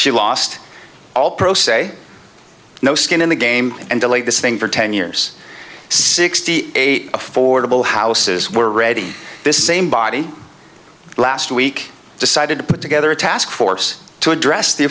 she lost all pro se no skin in the game and delayed this thing for ten years sixty eight affordable houses were ready this same body last week decided to put together a task force to address the